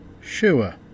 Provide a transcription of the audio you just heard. Sure